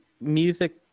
music